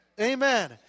Amen